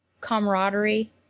camaraderie